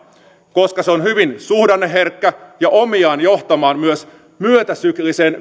koska se on hyvin suhdanneherkkä ja omiaan johtamaan kovin myötäsykliseen